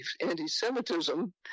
anti-Semitism